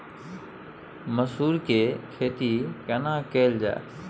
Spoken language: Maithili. मसूर के खेती केना कैल जाय?